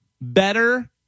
Better